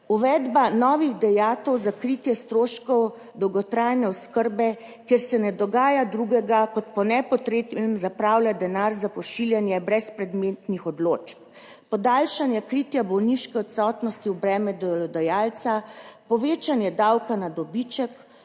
uvedba novih dajatev za kritje stroškov dolgotrajne oskrbe, kjer se ne dogaja drugega kot po nepotrebnem zapravlja denar za pošiljanje brezpredmetnih odločb, podaljšanje kritja bolniške odsotnosti v breme delodajalca, povečanje davka na dobiček